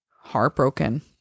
heartbroken